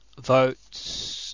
votes